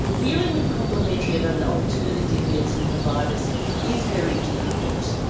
dealing with complementary and and alternative medicine providers is very difficult.